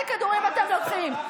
איזה כדורים אתם לוקחים?